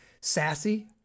sassy